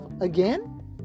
again